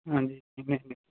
ਹਾਂਜੀ ਨਹੀਂ ਨਹੀਂ